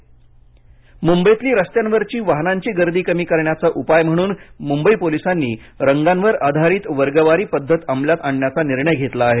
Mumbai police मुंबईतली रस्त्यांवरची वाहनांची गर्दी कमी करण्याचा उपाय म्हणून मुंबई पोलिसांनी रंगांवर आधारित वर्गवारी पद्धत अमलात आणण्याचा निर्णय घेतला आहे